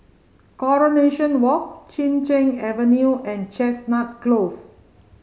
Coronation Walk Chin Cheng Avenue and Chestnut Close